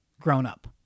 grown-up